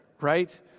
right